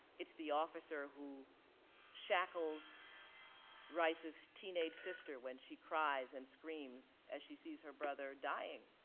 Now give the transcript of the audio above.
it's the officer who shackles rice's teenage sister when she cries and screams as she sees her brother dying.